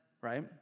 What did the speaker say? right